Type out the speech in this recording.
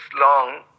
long